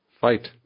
fight